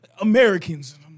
Americans